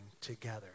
together